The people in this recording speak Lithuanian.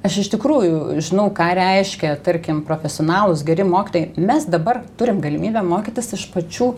aš iš tikrųjų žinau ką reiškia tarkim profesionalūs geri mokytojai mes dabar turim galimybę mokytis iš pačių